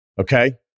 okay